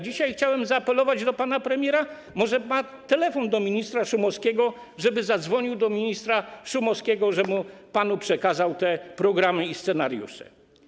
Dzisiaj chciałem zaapelować do pana premiera - może ma telefon do ministra Szumowskiego - żeby zadzwonił do ministra Szumowskiego, niech mu przekaże te programy i scenariusze.